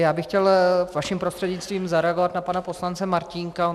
Já bych chtěl vaším prostřednictvím zareagovat na pana poslance Martínka.